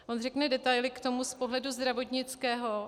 On řekne detaily k tomu z pohledu zdravotnického.